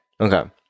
Okay